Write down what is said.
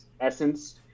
essence